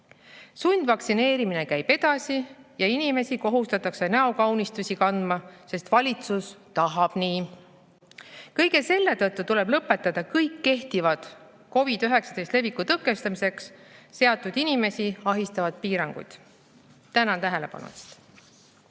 Sundvaktsineerimine käib edasi ja inimesi kohustatakse näokaunistusi kandma, sest valitsus tahab nii. Kõige selle tõttu tuleb lõpetada kõik kehtivad COVID-19 leviku tõkestamiseks seatud inimesi ahistavad piirangud. Tänan tähelepanu